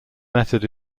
method